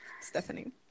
Stephanie